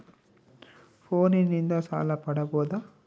ಫೋನಿನಿಂದ ಸಾಲ ಪಡೇಬೋದ?